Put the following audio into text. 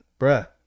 bruh